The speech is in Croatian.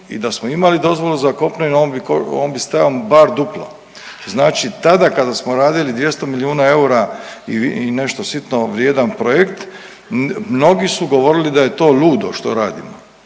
i da smo imali dozvolu za kopneni on bi, on bi stajao bar duplo. Znači tada kada smo radili 200 milijuna eura i nešto sitno vrijedan projekt mnogi su govorili da je to ludo što radimo,